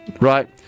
Right